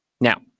now